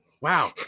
wow